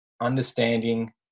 understanding